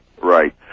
Right